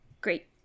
Great